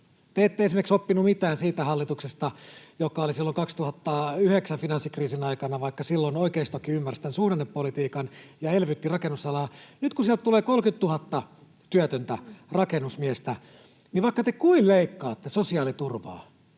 te ette esimerkiksi oppinut mitään siitä hallituksesta, joka oli silloin 2009 finanssikriisin aikana, vaikka silloin oikeistokin ymmärsi tämän suhdannepolitiikan ja elvytti rakennusalaa. Nyt kun sieltä tulee 30 000 työtöntä rakennusmiestä, niin vaikka te kuinka leikkaatte sosiaaliturvaa,